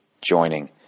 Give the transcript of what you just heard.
joining